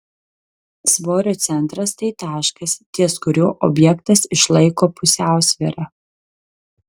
svorio centras tai taškas ties kuriuo objektas išlaiko pusiausvyrą